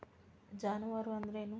ಜಾನುವಾರು ಅಂದ್ರೇನು?